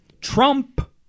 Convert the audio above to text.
Trump